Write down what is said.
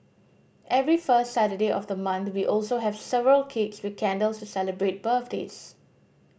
every first Saturday of the month we also have several cakes with candles to celebrate birthdays